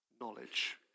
knowledge